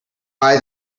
buy